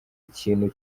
ikintu